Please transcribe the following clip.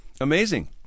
Amazing